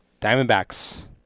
Diamondbacks